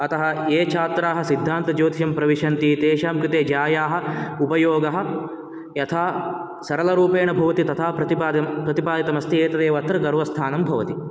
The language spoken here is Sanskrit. अतः ये छात्राः सिद्धान्तज्योतिषं प्रविशन्ति तेषां कृते ज्यायाः उपयोगः यथा सरलरूपेण भवति तथा प्रतिपाद् प्रतिपादितमस्ति एतदेव अत्र गर्वस्थानं भवति